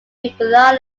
peculiar